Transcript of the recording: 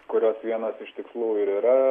kurios vienas iš tikslų ir yra